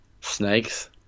snakes